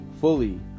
fully